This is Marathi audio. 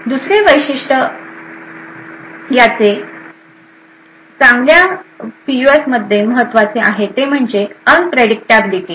दुसरे वैशिष्ट चे चांगल्या पीयूएफमध्ये महत्त्वाचे आहे ते म्हणजे अनप्रेडिक्टाबलीटी